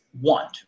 want